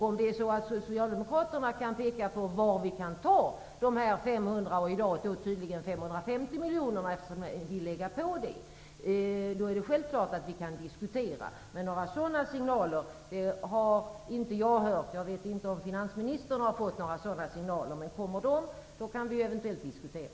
Om Socialdemokraterna kan peka på var vi kan ta de 500 miljonerna -- i dag är det tydligen 550 miljoner det handlar om, eftersom ni vill lägga på 50 miljoner -- kan vi självfallet diskutera. Men några sådana signaler har inte jag hört. Jag vet inte om finansministern har fått några sådana signaler. Om de kommer, kan vi eventuellt diskutera.